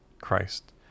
Christ